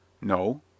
No